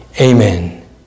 Amen